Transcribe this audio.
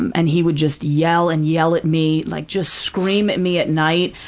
and he would just yell and yell at me, like just scream at me at night.